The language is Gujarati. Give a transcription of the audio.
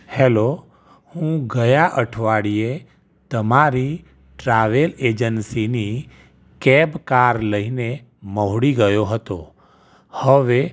હેલો હું ગયા અઠવાડિયે તમારી ટ્રાવેલ એજન્સીની કેબ કાર લઈ ને મહુડી ગયો હતો હવે